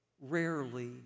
rarely